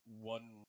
one